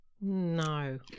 No